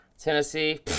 Tennessee